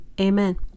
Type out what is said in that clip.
Amen